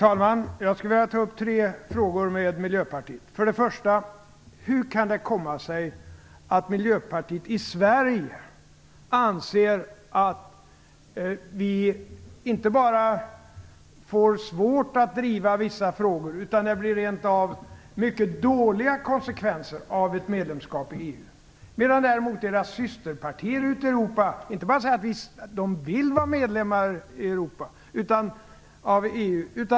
Herr talman! Det är tre frågor jag vill ta upp med Hur kan det komma sig att Miljöpartiet i Sverige anser att vi inte bara får svårt att driva vissa frågor utan att det rent av blir mycket dåliga konsekvenser av ett medlemskap i EU? Miljöpartiets systerpartier ute i Europa inte bara säger att de vill vara medlemmar i EU.